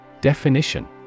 Definition